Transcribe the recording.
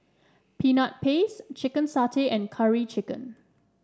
Peanut Paste Chicken Satay and Curry Chicken